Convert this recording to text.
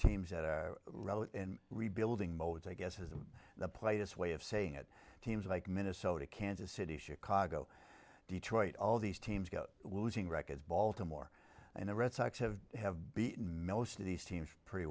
teams that are in rebuilding mode i guess is the play this way of saying it teams like minnesota kansas city chicago detroit all these teams records baltimore and the red sox have have beaten most of these teams pretty